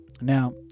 Now